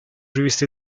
riviste